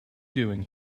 doing